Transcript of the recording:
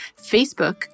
Facebook